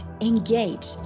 engage